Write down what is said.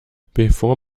bevor